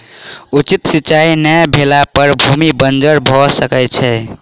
उचित सिचाई नै भेला पर भूमि बंजर भअ सकै छै